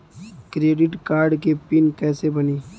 Credit card के PIN कैसे बनी?